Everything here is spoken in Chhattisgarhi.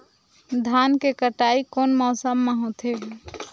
धान के कटाई कोन मौसम मा होथे?